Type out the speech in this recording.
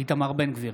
איתמר בן גביר,